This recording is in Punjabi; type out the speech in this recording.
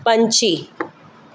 ਪੰਛੀ